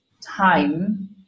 time